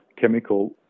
chemical